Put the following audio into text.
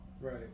Right